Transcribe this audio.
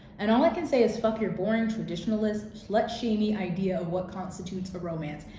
and all i can say is fuck your boring, traditionalist, slut-shame-y idea of what constitutes a romance.